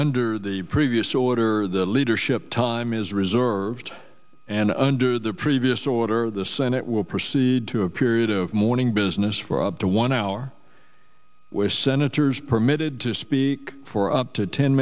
under the previous order the leadership time is reserved and under the previous order the senate will proceed to a period of morning business for up to one hour with senators permitted to speak for up to ten